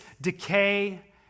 decay